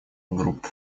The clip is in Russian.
групп